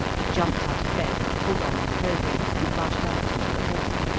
he jumped out of bed, pulled on his clothing, and rushed out into the hall,